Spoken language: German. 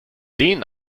den